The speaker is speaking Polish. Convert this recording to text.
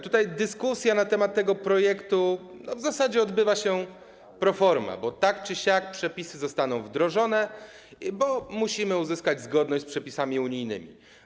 Tutaj dyskusja na temat tego projektu w zasadzie odbywa się pro forma, bo tak czy siak przepisy zostaną wdrożone po to, aby uzyskać zgodność z przepisami unijnymi.